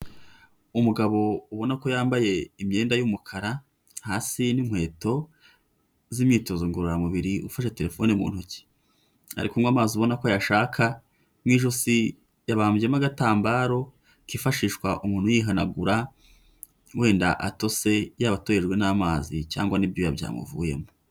Umugabo ubona ko yambaye imyenda y'umukara hasi n'inkweto z'imyitozo ngororamubiri ufashe telefone mu ntoki, ari kunywa amazi ubona ko ayashaka, mu ijosi yababyemo agatambaro kifashishwa umuntu yihanagura, wenda atose, yaba atohejwe n'amazi cyangwa n'ibyuya byamuvuyemo.